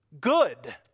Good